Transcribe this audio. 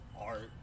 Art